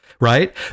Right